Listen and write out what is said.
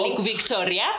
Victoria